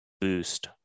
boost